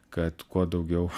kad kuo daugiau